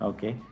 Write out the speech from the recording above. Okay